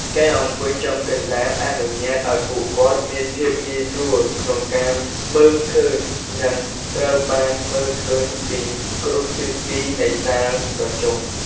ការអង្គុយចំកណ្តាលអនុញ្ញាតឲ្យពួកគាត់មានភាពងាយស្រួលក្នុងការមើលឃើញ និងត្រូវបានមើលឃើញពីគ្រប់ទិសទីនៃសាលប្រជុំ។